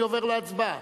אני עובר להצבעה.